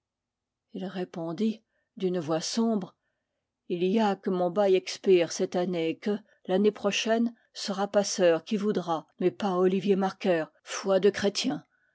il répondit d'une voix sombre il y a que mon bail expire cette année et que l'année prochaine sera passeur qui voudra mais pas olivier marker foi de chrétien